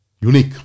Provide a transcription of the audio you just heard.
unique